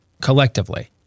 collectively